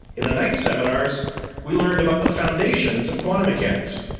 in the night seminars we learned about the foundations of quantum mechanics,